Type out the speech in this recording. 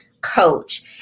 coach